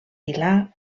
pilar